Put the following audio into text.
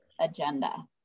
agenda